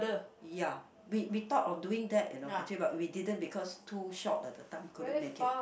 ya we we thought of doing that you know actually but we didn't because too short the the time we couldn't make it